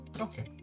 Okay